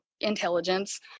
intelligence